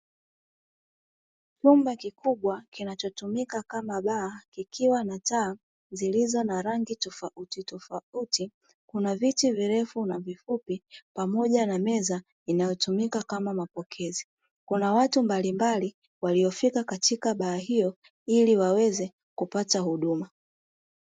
Chumba kikubwa kinachotumika kama baa kikiwa na taa zilizo na rangi tofautitofauti kuna viti virefu na vifupi pamoja na meza inayotumika kama mapokezi, kuna watu mbalimbali waliofika katika baa hiyo ili waweze kupata huduma.